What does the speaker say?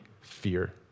fear